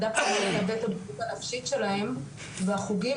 בדקנו את הבריאות הנפשית שלהם והחוגים